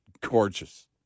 gorgeous